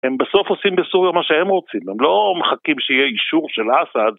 הם בסוף עושים בסוריה מה שהם רוצים, הם לא מחכים שיהיה אישור של אסאד